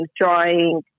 drawing